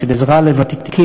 של עזרה לוותיקים,